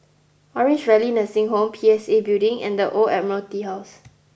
Orange Valley Nursing Home P S A Building and the Old Admiralty House